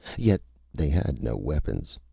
yet they had no weapons.